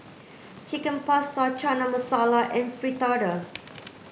Chicken Pasta Chana Masala and Fritada